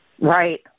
Right